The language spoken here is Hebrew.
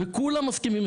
וכולם מסכימים,